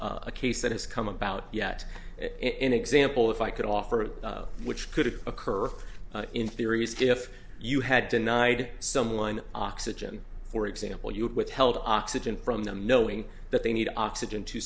of a case that has come about yet in example if i could offer which could occur in theory if you had denied someone oxygen for example you had withheld oxygen from them knowing that they need oxygen to